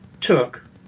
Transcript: took